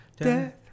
death